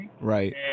Right